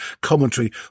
commentary